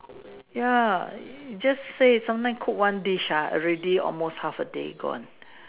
ya just say sometimes cook one dish ha already almost half a day gone